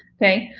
okay,